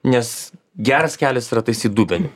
nes geras kelias yra taisyt dubenį